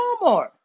Walmart